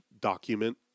document